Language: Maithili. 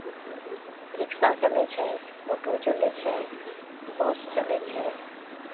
रिक्सा चलै छै ऑटो चलै छै बस चलै छै